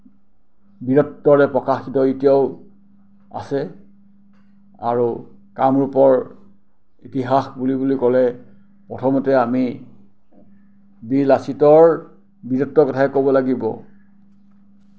বীৰত্বৰে প্ৰকাশিত এতিয়াও আছে আৰু কামৰূপৰ ইতিহাস বুলি ক'লে প্ৰথমতে আমি বীৰ লাচিতৰ বীৰত্বৰ কথাই ক'ব লাগিব